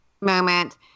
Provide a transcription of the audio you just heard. moment